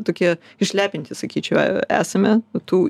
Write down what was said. tokie išlepinti sakyčiau esame tų